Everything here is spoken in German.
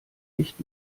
nicht